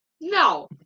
No